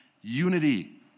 unity